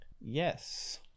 yes